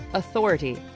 authority.